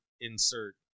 insert